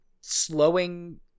Slowing